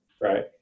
right